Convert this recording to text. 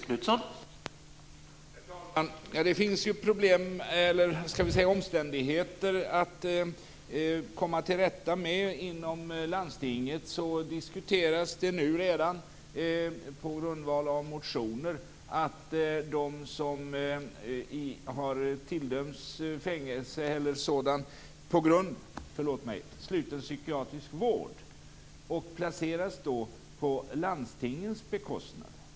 Herr talman! Det finns ju omständigheter att komma till rätta med. Inom landstinget diskuteras redan, på grundval av motioner, att de som har tilldömts sluten psykiatrisk vård skall placeras på landstingens bekostnad.